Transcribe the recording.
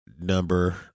number